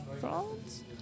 France